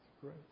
great